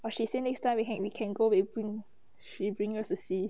but she say next time we can we can go with bring she bring us to see